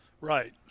Right